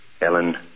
Ellen